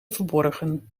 verborgen